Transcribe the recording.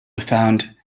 found